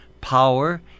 power